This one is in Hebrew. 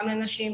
גם לנשים,